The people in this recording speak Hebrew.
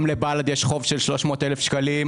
גם לבל"ד יש חוב של 300,000 שקלים.